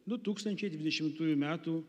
du tūkstančiai dvidešimtųjų metų